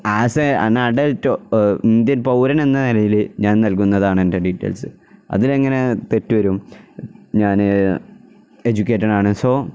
as a an adult Indian പൗരൻ എന്ന നിലയില് ഞാൻ നൽകുന്നതാണ് എൻ്റെ ഡീറ്റെയിൽസ് അതിലെങ്ങനെ തെറ്റു വരും ഞാന് എഡ്യൂക്കേറ്റഡാണ് സോ